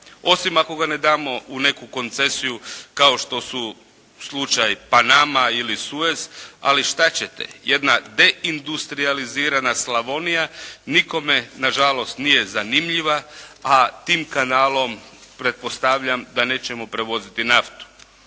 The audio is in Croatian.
osim ako ga ne damo u neku koncesiju kao što su slučaj Panama ili Suez. Ali, što ćete, jedna deindustrijalizirana Slavonija nikome nažalost nije zanimljiva, a tim kanalom pretpostavljam da nećemo prevoziti naftu.